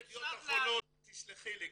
אי אפשר --- תסלחי לי,